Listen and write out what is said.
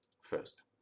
first